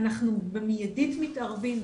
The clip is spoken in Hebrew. אנחנו במיידית מתערבים.